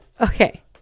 Okay